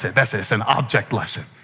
this is an object lesson.